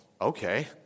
okay